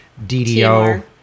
DDO